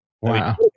Wow